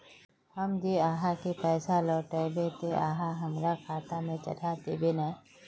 हम जे आहाँ के पैसा लौटैबे ते आहाँ हमरा खाता में चढ़ा देबे नय?